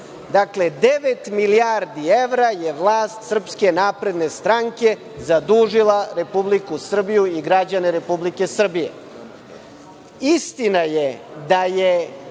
Dakle, devet milijardi evra je vlast Srpske napredne stranke zadužila Republiku Srbiju i građane Republike Srbije. Istina je da je